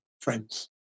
friends